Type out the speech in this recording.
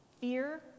Fear